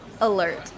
alert